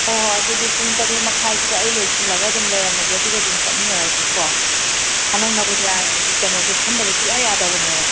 ꯍꯣꯏ ꯍꯣꯏ ꯑꯗꯨꯗꯤ ꯄꯨꯡ ꯇꯔꯦꯠ ꯃꯈꯥꯏꯗꯨꯗ ꯑꯩ ꯂꯣꯏꯁꯜꯂꯒ ꯑꯗꯨꯝ ꯂꯩꯔꯝꯃꯒꯦ ꯑꯗꯨꯒ ꯑꯗꯨꯝ ꯆꯠꯃꯤꯟꯅꯔꯁꯤꯀꯣ ꯍꯟꯗꯛ ꯅꯚꯣꯗꯤꯌꯥ ꯀꯩꯅꯣꯁꯦ ꯈꯟꯗꯕ ꯁꯨꯡꯌꯥ ꯌꯥꯗꯕꯅꯦꯕ